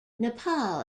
nepal